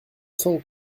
cent